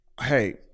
hey